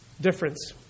difference